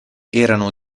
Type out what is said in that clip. erano